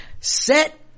set